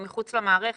הם מחוץ למערכת,